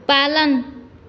पालन